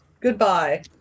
Goodbye